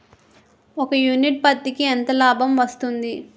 ఒక యూనిట్ పత్తికి ఎంత లాభం వస్తుంది?